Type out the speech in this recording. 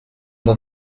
that